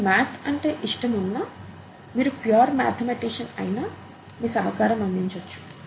మీకు మాథ్ అంటే ఇష్టం ఉన్నా మీరు ప్యూర్ మాథెమటిషన్ అయినా మీ సహకారం అందించొచ్చు